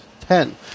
ten